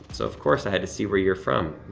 so of course, i had to see where you're from.